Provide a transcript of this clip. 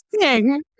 sing